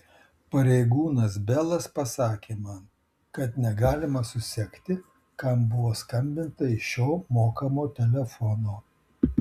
pareigūnas belas pasakė man kad negalima susekti kam buvo skambinta iš šio mokamo telefono